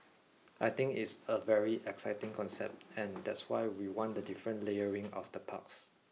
I think it's a very exciting concept and that's why we want the different layering of the parks